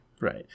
Right